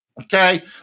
Okay